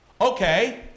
Okay